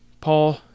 Paul